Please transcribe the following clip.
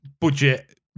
budget